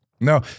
No